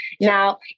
Now